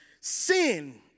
sin